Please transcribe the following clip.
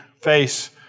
face